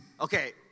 Okay